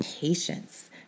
patience